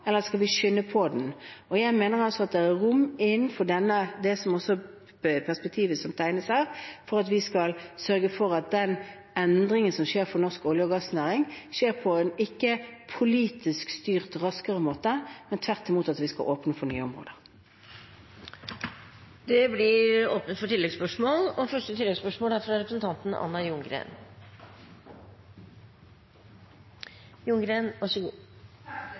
eller skal vi skynde på den? Jeg mener at det er rom også innenfor det perspektivet som tegnes opp her, for at vi kan sørge for at den endringen som skjer i norsk olje- og gassnæring, ikke skjer på en politisk styrt raskere måte, men tvert imot ved at vi skal åpne for nye områder. Det åpnes for oppfølgingsspørsmål – først Anna Ljunggren. Norge er